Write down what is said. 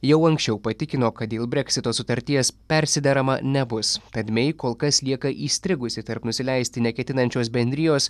jau anksčiau patikino kad dėl breksito sutarties persiderama nebus tad mei kol kas lieka įstrigusi tarp nusileisti neketinančios bendrijos